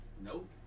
Nope